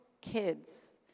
kids